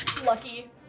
lucky